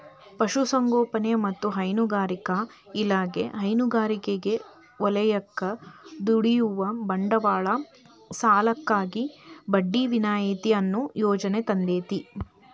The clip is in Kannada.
ಪಶುಸಂಗೋಪನೆ ಮತ್ತ ಹೈನುಗಾರಿಕಾ ಇಲಾಖೆ ಹೈನುಗಾರಿಕೆ ವಲಯಕ್ಕ ದುಡಿಯುವ ಬಂಡವಾಳ ಸಾಲಕ್ಕಾಗಿ ಬಡ್ಡಿ ವಿನಾಯಿತಿ ಅನ್ನೋ ಯೋಜನೆ ತಂದೇತಿ